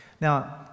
Now